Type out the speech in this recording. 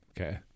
Okay